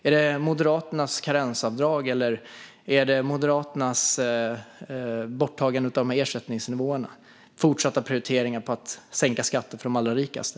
Är det Moderaterna, med karensavdrag, borttagande av ersättningsnivåer och fortsatta prioriteringar av att sänka skatter för de allra rikaste?